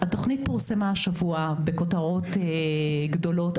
התוכנית פורסמה השבוע בכותרות גדולות,